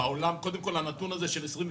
בעולם קודם כל הנתון הזה של 28